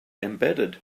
embedded